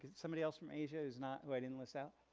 somebody else from asia is not who i didn't list out?